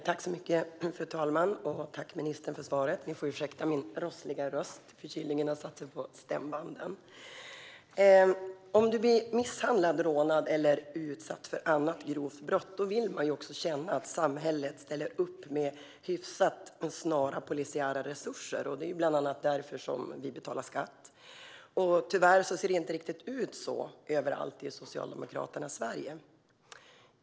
Fru talman! Jag tackar ministern för svaret. Om man blir misshandlad, rånad eller utsatt för ett annat grovt brott vill man känna att samhället ställer upp med hyfsat snara polisiära resurser. Det är bland annat därför vi betalar skatt. Tyvärr ser det inte riktigt ut så överallt i Socialdemokraternas Sverige.